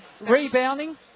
Rebounding